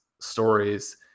stories